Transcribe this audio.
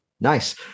Nice